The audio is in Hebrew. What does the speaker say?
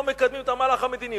לא מקדמים את המהלך המדיני.